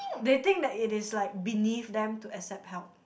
they think that it is like beneath them to accept help